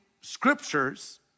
scriptures